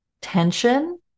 tension